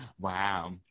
Wow